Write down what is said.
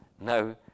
No